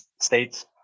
states